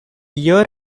year